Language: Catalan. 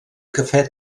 cafè